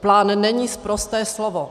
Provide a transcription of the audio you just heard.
Plán není sprosté slovo.